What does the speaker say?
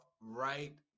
right